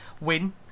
win